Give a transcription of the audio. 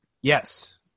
Yes